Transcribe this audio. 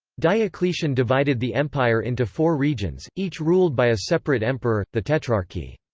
diocletian divided the empire into four regions, each ruled by a separate emperor, the tetrarchy.